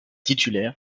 titulaire